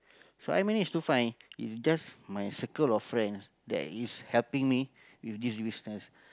so I managed to find in just my circle of friends that is helping me with this business